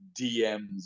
DMs